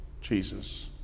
Jesus